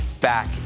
back